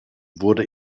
wurde